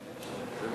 שנאן.